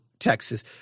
Texas